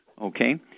okay